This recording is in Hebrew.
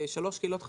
שלוש קהילות חדשנות,